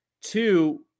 two